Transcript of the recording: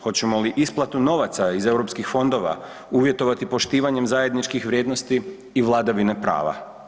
Hoćemo li isplatu novaca iz EU fondova uvjetovati poštivanjem zajedničkih vrijednosti i vladavine prava?